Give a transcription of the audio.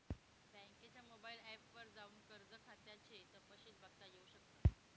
बँकेच्या mobile app वर जाऊन कर्ज खात्याचे तपशिल बघता येऊ शकतात